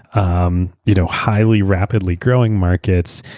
um you know highly rapidly growing markets,